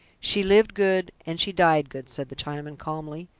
she lived good and she died good, said the chinaman calmly.